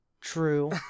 True